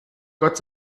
gott